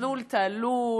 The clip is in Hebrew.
מסלול תלול,